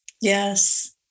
Yes